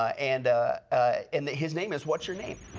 ah and ah and his name is what's your name.